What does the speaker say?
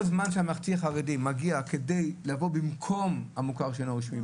כל זמן שהממלכתי-החרדי מגיע כדי לבוא במקום המוכר שאינו רשמי,